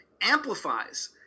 amplifies